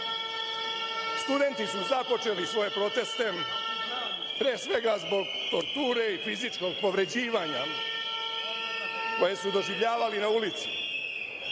krizom. Studenti su započeli svoje proteste pre svega zbog torture i fizičkog povređivanja koje su doživljavali na ulici.